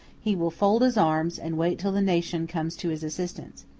he will fold his arms, and wait till the nation comes to his assistance.